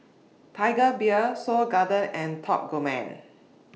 Tiger Beer Seoul Garden and Top Gourmet